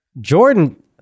Jordan